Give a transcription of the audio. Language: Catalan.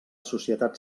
societat